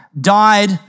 died